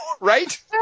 right